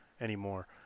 anymore